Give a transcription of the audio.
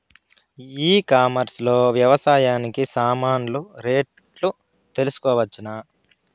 ఈ కామర్స్ లో వ్యవసాయానికి సామాన్లు రేట్లు తెలుసుకోవచ్చునా?